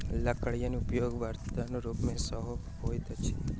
लकड़ीक उपयोग बर्तनक रूप मे सेहो होइत अछि